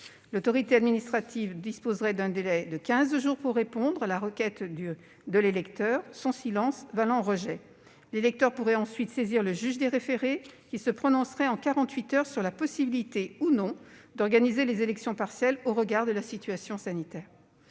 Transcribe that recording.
L'autorité administrative disposerait d'un délai de quinze jours pour répondre à la requête de l'électeur, son silence valant rejet. L'électeur pourrait ensuite saisir le juge des référés, qui se prononcerait en quarante-huit heures sur la possibilité, ou non, d'organiser les élections partielles au regard de la situation sanitaire.